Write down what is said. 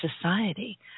society